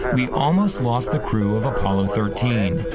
we almost lost the crew of apollo thirteen.